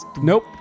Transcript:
nope